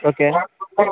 okay